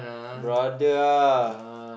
brother ah